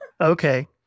Okay